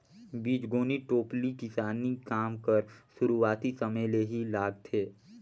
बीजगोनी टोपली किसानी काम कर सुरूवाती समे ले ही लागथे